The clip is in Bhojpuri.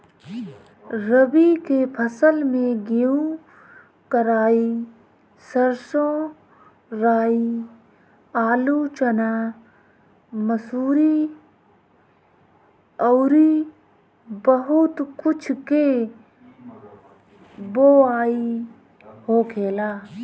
रबी के फसल में गेंहू, कराई, सरसों, राई, आलू, चना, मसूरी अउरी बहुत कुछ के बोआई होखेला